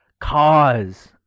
cause